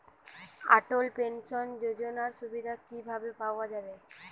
অটল pension যোজনার সুবিধা কি ভাবে পাওয়া যাবে?